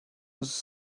was